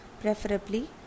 preferably